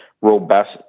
robust